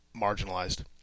marginalized